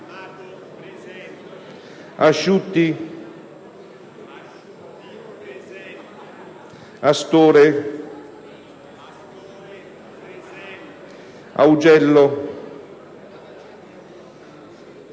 Asciutti, Astore, Augello,